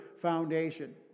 foundation